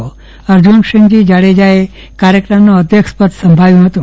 શ્રી અર્જુનસિંહજી જાડેજા એ કાર્યક્રમનું અધ્યક્ષ પદ શોભાવ્યું હતું